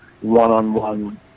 one-on-one